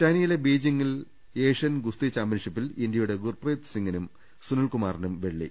ചൈനയിലെ ബെയ്ജിങ്ങിൽ ഏഷ്യൻ ഗുസ്തി ചാംപ്യൻഷിപ്പിൽ ഇന്ത്യയുടെ ഗുർപ്രീത് സിങ്ങിനും സുനിൽകുമാറിനും വെള്ളി